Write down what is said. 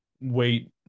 wait